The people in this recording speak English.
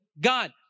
God